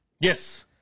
Yes